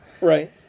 right